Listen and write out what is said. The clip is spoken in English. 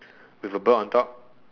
with a bird on top